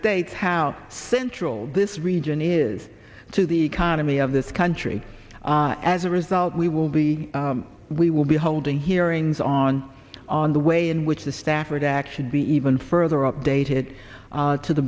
states how central this region is to the economy of this country as a result we will be we will be holding hearings on on the way in which the stafford act should be even further updated to the